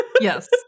Yes